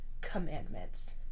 commandments